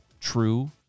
true